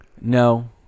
No